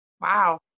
Wow